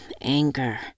anger